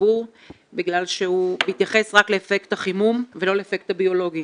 לציבור בגלל שהוא מתייחס רק לאפקט החימום ולא לאפקט הביולוגיה,